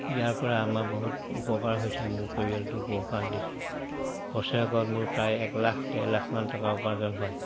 ইয়াৰ পৰা আমাৰ বহুত উপকাৰ হৈছে মোৰ পৰিয়ালটো পোহপাল দিছো বছৰেকত মোৰ প্ৰায় এক লাখ ডেৰ লাখমান টকা উপাৰ্জন হয়